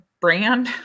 brand